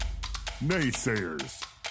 Naysayers